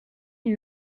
une